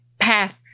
path